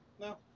No